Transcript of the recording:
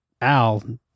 Al